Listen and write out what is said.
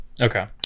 okay